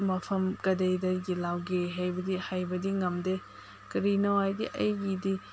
ꯃꯐꯝ ꯀꯗꯥꯏꯗꯒꯤ ꯂꯧꯒꯦ ꯍꯥꯏꯕꯗꯤ ꯍꯥꯏꯕꯗꯤ ꯉꯝꯗꯦ ꯀꯔꯤꯅꯣ ꯍꯥꯏꯗꯤ ꯑꯩꯒꯤꯗꯤ